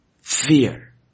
fear